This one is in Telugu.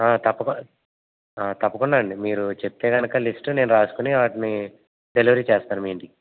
తప్పకుండా తప్పకుండా అండి మీరు చెప్తే కనుక లిస్టు నేను రాసుకుని వాటిని డెలివరీ చేస్తాను మీ ఇంటికి